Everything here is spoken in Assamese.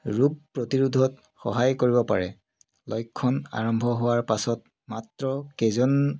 ৰোগ প্ৰতিৰোধত সহায় কৰিব পাৰে লক্ষণ আৰম্ভ হোৱাৰ পাছত মাত্ৰ কেইজন